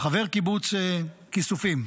חבר קיבוץ כיסופים.